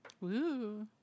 Woo